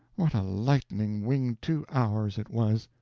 what a lightning-winged two hours it was!